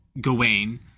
Gawain